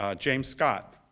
ah james scott,